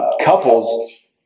couples